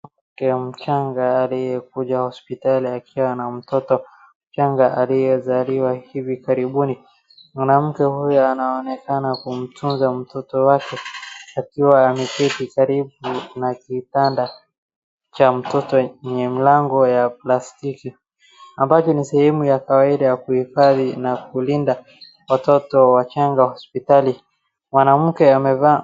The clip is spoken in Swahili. Mama mchanga aliyekuja hospitalini akiwa na mtoto mchanga aliyezaliwa hivi karibuni. Mwanamke huyu anaonekana kumtunza mtoto wake akiwa ameketi karibu na kitanda cha mtoto wenye mlango wa plastiki ambacho ni shemu ya kawaida ya kuhifadhi na kulinda watoto wachanga hospitalini. Mwanamke amevaa.